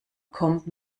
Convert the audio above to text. kommt